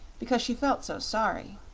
because she felt so sorry.